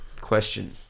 question